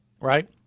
right